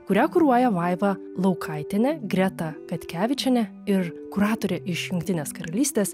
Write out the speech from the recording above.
kurią kuruoja vaiva laukaitienė greta katkevičienė ir kuratorė iš jungtinės karalystės